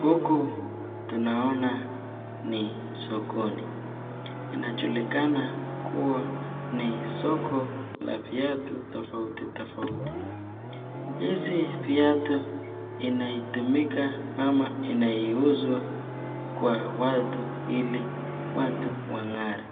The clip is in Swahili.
Huku tunaona ni sokoni, inajulikana kuwa ni soko la viatu tofautitofauti , hizi viatu inatumika ama inauzwa kwa watu ili watu wang'are,